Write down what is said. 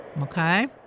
Okay